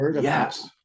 Yes